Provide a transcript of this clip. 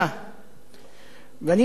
אני מסתכל על הכתבים בכנסת